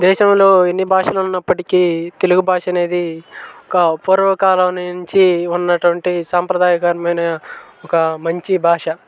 దేశంలో ఎన్ని భాషలు ఉన్నప్పటికీ తెలుగు భాష అనేది ఒక పూర్వకాలం నుంచి ఉన్నటువంటి సాంప్రదాయ కారణమైన ఒక మంచి భాష